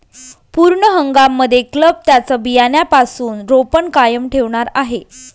पूर्ण हंगाम मध्ये क्लब त्यांचं बियाण्यापासून रोपण कायम ठेवणार आहे